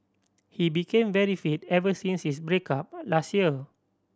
he became very fit ever since his break up last year